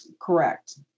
Correct